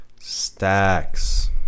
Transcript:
Stacks